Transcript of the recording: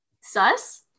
Sus